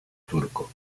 turco